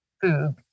food